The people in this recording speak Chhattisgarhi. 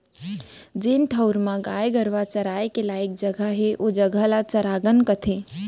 जेन ठउर म गाय गरूवा चराय के लइक जघा हे ओ जघा ल चरागन कथें